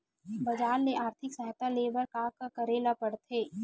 बजार ले आर्थिक सहायता ले बर का का करे ल पड़थे?